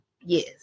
Yes